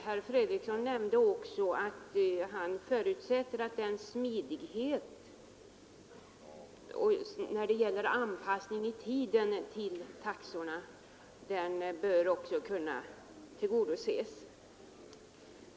Herr Fredriksson nämnde att han förutsätter att också kravet på smidighet när det gäller anpassningen i tiden av taxorna bör kunna tillgodoses.